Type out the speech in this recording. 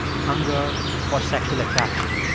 hunger or sexual attraction.